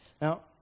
Now